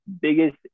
biggest